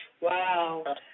Wow